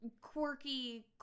quirky